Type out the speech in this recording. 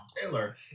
Taylor